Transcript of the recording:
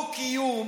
דו-קיום